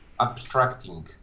abstracting